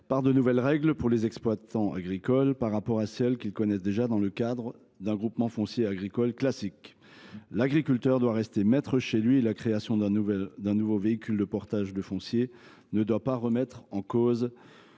par de nouvelles règles pour les exploitants agricoles par rapport à celles qu’ils connaissent déjà dans le cadre d’un groupement foncier agricole classique. L’agriculteur doit rester maître chez lui et la création d’un nouveau véhicule de portage du foncier ne doit pas remettre en cause